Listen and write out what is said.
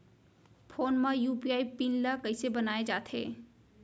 Phone म UPI PIN ल कइसे बनाये जाथे?